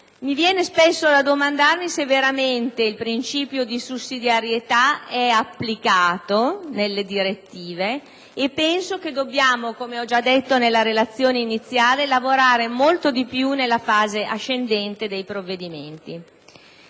Mi viene spesso da domandare se veramente il principio di sussidiarietà sia applicato nelle direttive e penso che dobbiamo, come ho già detto nella relazione iniziale, lavorare molto di più nella fase ascendente dei provvedimenti.